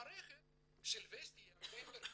מערכת של וסטי היא הרקבה יותר גדולה,